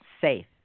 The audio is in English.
safe